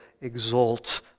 exult